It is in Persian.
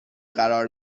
قرار